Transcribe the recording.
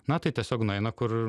na tai tiesiog nueina kur